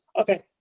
okay